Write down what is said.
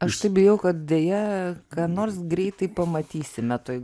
aš taip bijau kad deja ką nors greitai pamatysime toj